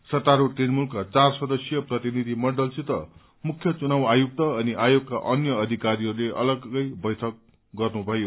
सत्तारूढ़ तृणमूलका चार सदस्यीय प्रतिनिधि मण्डलसित मुख्य चुनाव आयुक्त अनि आयोगका अन्य अधिकारीहरूले अलग्गै बैठक गर्नुभयो